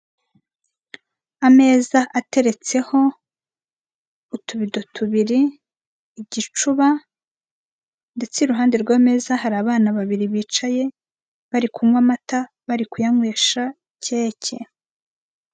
Ameza ateretseho utubido tubiri, igicuba ndetse iruhande rw'ameza hari abana babiri bicaye bari kunywa amata barikuyanywesha keke.